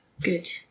good